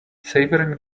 savouring